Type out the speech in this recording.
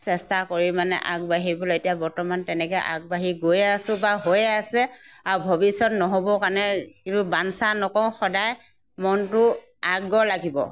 চেষ্টা কৰি মানে আগবাঢ়িবলৈ এতিয়া বৰ্তমান তেনেকৈ আগবাঢ়ি গৈ আছোঁ বা হৈ আছে আৰু ভৱিষ্যত নহ'বৰ কাৰণে এইটো বাঞ্চা নকৰোঁ সদায় মনটো আগ্ৰহ লাগিব